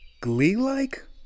Glee-like